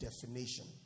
definition